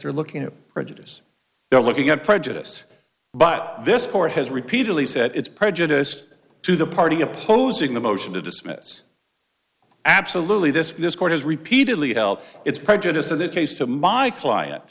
they're looking at prejudice they're looking at prejudice but this court has repeatedly said it's prejudiced to the party opposing the motion to dismiss absolutely this this court has repeatedly held its prejudice to this case to my client